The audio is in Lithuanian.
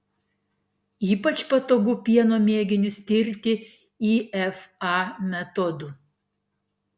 ypač patogu pieno mėginius tirti ifa metodu